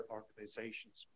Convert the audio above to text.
organizations